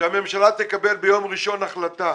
שהממשלה תקבל ביום ראשון החלטה